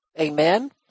Amen